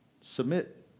submit